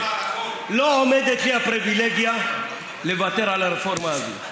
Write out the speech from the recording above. לא עומדת לי הפריבילגיה לוותר על הרפורמה הזאת.